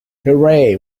hooray